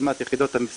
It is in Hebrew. רשימת יחידות המשרד,